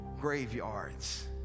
graveyards